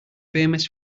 famous